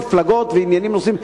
מפלגות ועניינים נוספים.